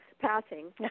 passing